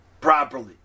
properly